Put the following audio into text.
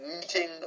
meeting